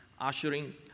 ushering